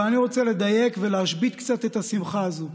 אבל אני רוצה לדייק ולהשבית קצת את השמחה הזאת.